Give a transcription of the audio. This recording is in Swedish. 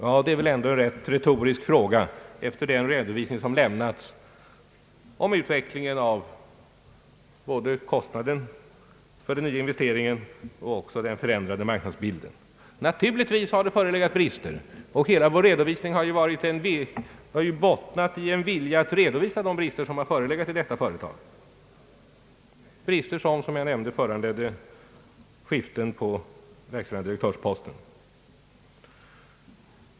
Detta är väl ändå en retorisk fråga efter den redovisning som lämnats både om utvecklingen av kostnaden för den nya investeringen och om den förändrade marknadsbilden. Naturligtvis har det förelegat brister, och hela vår redovisning har ju bottnat i en vilja att redovisa bristerna i detta företag. Som jag nämnde, föranledde bristerna skifte på VD-posten.